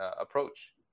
approach